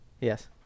yes